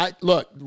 Look